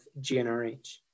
GnRH